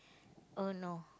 oh no